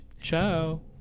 Ciao